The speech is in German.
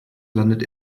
landet